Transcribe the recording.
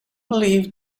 believed